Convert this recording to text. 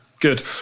Good